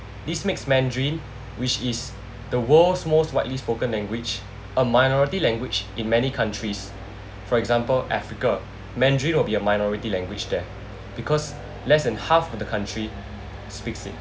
this makes mandarin which is the world's most widely spoken language a minority language in many countries for example africa mandarin would be a minority language there because less than half of the country speaks it